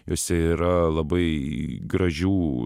juose yra labai gražių